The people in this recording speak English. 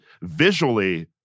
visually